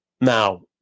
Now